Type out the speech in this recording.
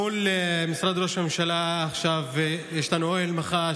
מול משרד ראש הממשלה עכשיו יש לנו אוהל מחאה